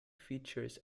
features